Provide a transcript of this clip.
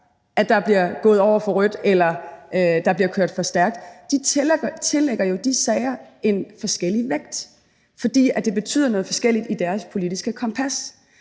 at der bliver gået over for rødt eller bliver kørt for stærkt. De tillægger jo de sager en forskellig vægt, fordi det betyder noget forskelligt efter deres politiske kompas.